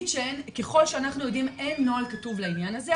ככל שאנחנו יודעים אין נוהל כתוב לעניין הזה,